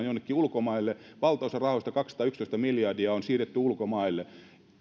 jonnekin ulkomaille valtaosa rahoista kaksisataayksitoista miljardia on siirretty ulkomaille